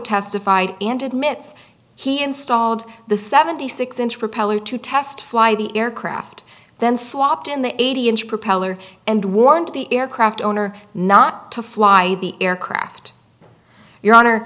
testified and admits he installed the seventy six inch propeller to test fly the aircraft then swapped in the eighty inch propeller and warned the aircraft owner not to fly the aircraft your honor